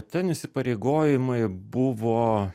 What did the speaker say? ten įsipareigojimai buvo